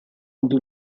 into